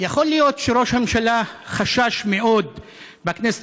יכול להיות שראש הממשלה חשש מאוד בכנסת